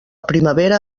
primavera